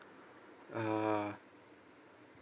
uh